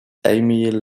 aimee